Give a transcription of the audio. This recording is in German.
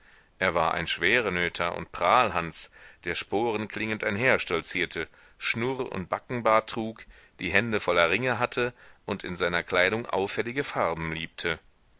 er war ein schwerenöter und prahlhans der sporenklingend einherstolzierte schnurr und backenbart trug die hände voller ringe hatte und in seiner kleidung auffällige farben liebte